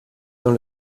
dans